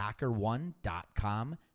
HackerOne.com